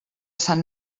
sant